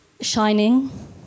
Shining